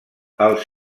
els